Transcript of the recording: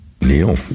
Neil